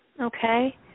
okay